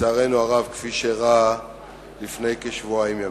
לצערנו הרב, כפי שאירע לפני כשבועיים ימים.